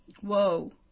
Whoa